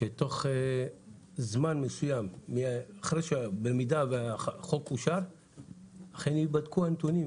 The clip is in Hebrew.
שתוך זמן מסוים אם החוק יאושר ייבדקו הנתונים,